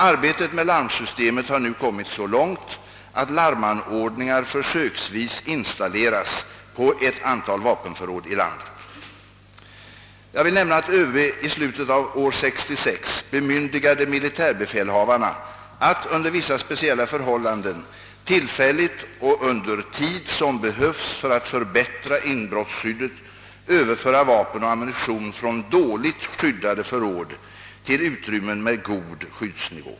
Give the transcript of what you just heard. Arbetet med larmsyste met har nu kommit så långt att larmanordningar försöksvis installeras på ett antal vapenförråd i landet. Jag vill nämna att överbefälhavaren i slutet av år 1966 bemyndigade militärbefälhavarna att under vissa speciella förhållanden tillfälligt och under tid som behövs för att förbättra inbrottsskyddet överföra vapen och ammunition från dåligt skyddade förråd till utrymmen med god skyddsnivå.